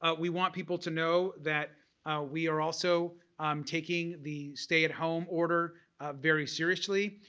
ah we want people to know that we are also taking the stay at home order very seriously.